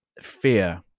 fear